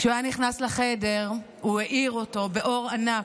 כשהוא היה נכנס לחדר, הוא האיר אותו באור ענק,